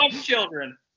children